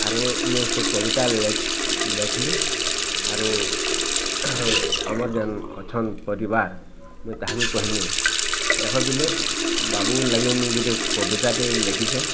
ଆରୁ ମୁଇଁ ସେ କବିତା ଲେଖଲିଁ ଆରୁ ଆମର୍ ଯେନ୍ ଅଛନ୍ ପରିବାର୍ ମୁଇଁ ତାହାକୁଁ କହେଁଲି ଦେଖ ପିଲେ ବାବୁ ଲାଗି ମୁଇଁ ଗୁଟେ କବିତାଟେ ଲେଖିଛେଁ